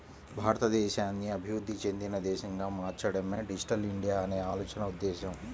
భారతదేశాన్ని అభివృద్ధి చెందిన దేశంగా మార్చడమే డిజిటల్ ఇండియా అనే ఆలోచన ఉద్దేశ్యం